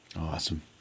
awesome